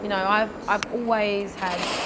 you know i've i've always had